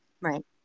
Right